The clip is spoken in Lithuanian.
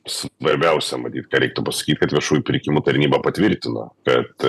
svarbiausia matyt ką reiktų pasakyt kad viešųjų pirkimų tarnyba patvirtino kad